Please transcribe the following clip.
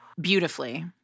beautifully